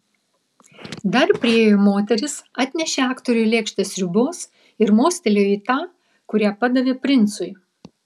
dar priėjo moteris atnešė aktoriui lėkštę sriubos ir mostelėjo į tą kurią padavė princui